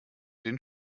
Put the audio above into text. den